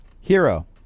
Hero